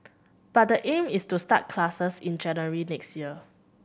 but the aim is to start classes in January next year